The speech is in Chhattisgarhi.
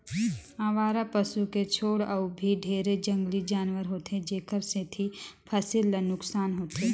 अवारा पसू के छोड़ अउ भी ढेरे जंगली जानवर होथे जेखर सेंथी फसिल ल नुकसान होथे